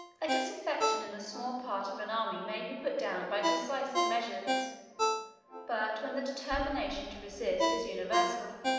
a disaffection in a small part of an army may be put down by decisive measures but when the determination to resist is universal,